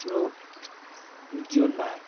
आफ्नो जीवनमा